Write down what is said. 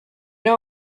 know